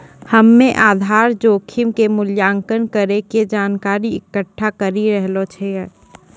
हम्मेआधार जोखिम के मूल्यांकन करै के जानकारी इकट्ठा करी रहलो छिऐ